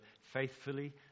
faithfully